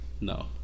No